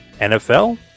NFL